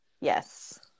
Yes